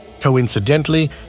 Coincidentally